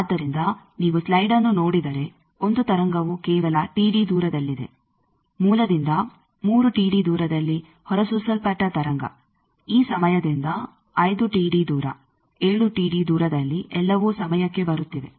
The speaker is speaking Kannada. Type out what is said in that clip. ಆದ್ದರಿಂದ ನೀವು ಸ್ಲೈಡ್ಅನ್ನು ನೋಡಿದರೆ ಒಂದು ತರಂಗವು ಕೇವಲ ದೂರದಲ್ಲಿದೆ ಮೂಲದಿಂದ 3 ದೂರದಲ್ಲಿ ಹೊರಸೂಸಲ್ಪಟ್ಟ ತರಂಗ ಈ ಸಮಯದಿಂದ 5 ದೂರ 7 ದೂರದಲ್ಲಿ ಎಲ್ಲವೂ ಸಮಯಕ್ಕೆ ಬರುತ್ತಿವೆ